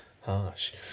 harsh